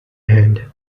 hand